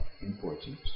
important